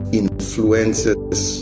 influences